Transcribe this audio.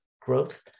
growth